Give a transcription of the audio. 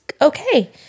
okay